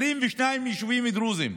22 יישובים דרוזיים.